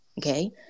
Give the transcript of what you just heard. okay